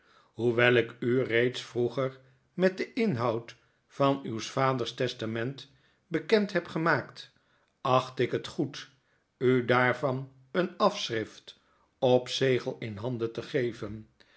hoewel ik u reeds vroeger met den inhoud van uws vaders testament bekend heb gemaakt acht ik het goed u daarvan een afschrift op zegel in handen te geven